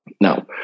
Now